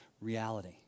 reality